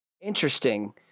Interesting